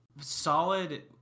solid